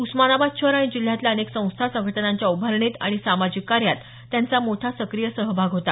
उस्मानाबाद शहर आणि जिल्ह्यातल्या अनेक संस्था संघटनांच्या उभारणीत आणि सामाजिक कार्यात त्यांचा मोठा सक्रिय सहभाग होता